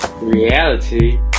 Reality